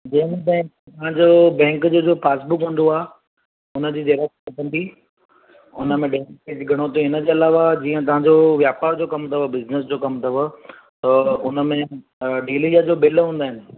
तव्हां जो बेंक जो पासबुक हूंदो आहे हुनजी जेरोक्स खपंदी हुन में बेंक बेलेन्स घणो थिए हुनजे अलावा जीअं तव्हां जो व्यापार जो कम अथव बिज़नेस जो कम अथव त उनमें डेलीअ जा जो बिल हूंदा आहिनि